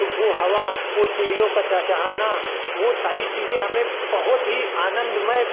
तो वह हवा वह चिड़ियों को चहचहाना वह सारी चीज़ें हमें बहुत ही आनंदमय